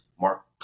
Mark